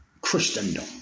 Christendom